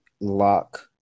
lock